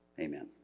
Amen